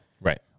Right